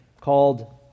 called